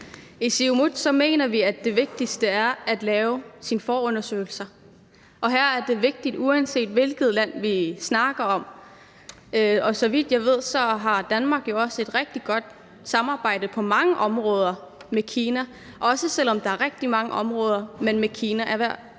I Siumut mener vi, at det vigtigste er at lave forundersøgelser, og det er vigtigt, uanset hvilket land vi snakker om. Og så vidt jeg ved, har Danmark jo også et rigtig godt samarbejde på mange områder med Kina, også selv om der er rigtig mange områder, man er uenig med